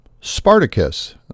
Spartacus